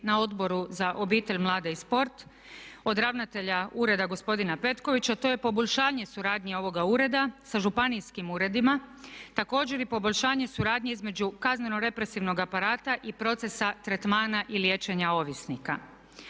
na Odboru za obitelj, mlade i sport od ravnatelja ureda gospodina Petkovića, to je poboljšanje suradnje ovoga ureda sa županijskim uredima. Također i poboljšanje suradnje između kazneno-represivnog aparata i procesa tretmana i liječenja ovisnika.